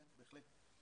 כן, בהחלט.